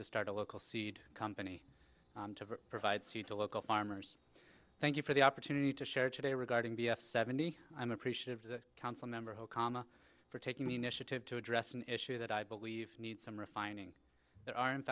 to start a local seed company to provide the local farmers thank you for the opportunity to share today regarding b f seventy i'm appreciative of the council member who kama for taking the initiative to address an issue that i believe needs some refining there are